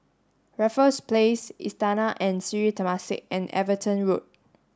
Raffles Place Istana and Sri Temasek and Everton Road